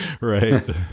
Right